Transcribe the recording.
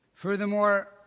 Furthermore